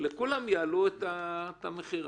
לכולם יעלו את הריבית.